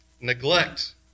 neglect